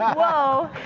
whoa.